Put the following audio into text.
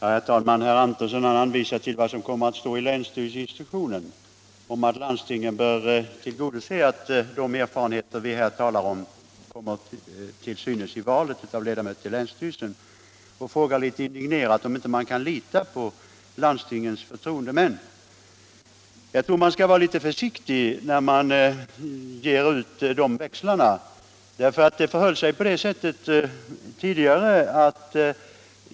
Herr talman! Herr Antonsson hänvisar till vad som kommer att stå i länsstyrelseinstruktionen om att landstingen bör tillgodose önskemålet att de erfarenheter vi här talar om kommer till synes i valet av ledamöter till länsstyrelsen och frågar litet indignerat om man inte kan lita på landstingens förtroendemän. Jag tror man skall vara försiktig när man ställer ut sådana växlar.